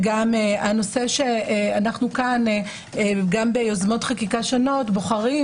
גם הנושא שאנו כאן גם ביוזמות חקיקה שונות בוחרים